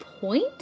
point